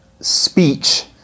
speech